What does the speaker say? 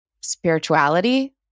spirituality